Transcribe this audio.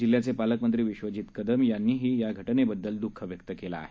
जिल्ह्याचे पालकमंत्री विश्वजीत कदम यांनीही या घटनेबददल द्ःख व्यक्त केलं आहे